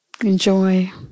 enjoy